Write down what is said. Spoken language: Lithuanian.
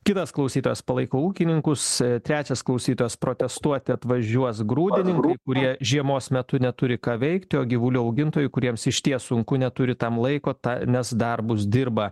kitas klausytojas palaiko ūkininkus trečias klausytojas protestuoti atvažiuos grūdinam kai kurie žiemos metu neturi ką veikti o gyvulių augintojų kuriems išties sunku neturi tam laiko ta nes darbus dirba